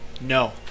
No